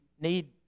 need